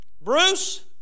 Bruce